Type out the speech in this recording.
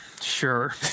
sure